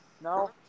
No